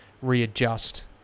readjust